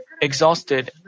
exhausted